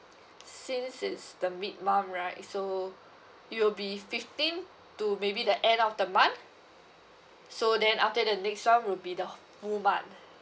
since it's the mid month right so it will be fifteenth to maybe the end of the month so then after the next one will be the full month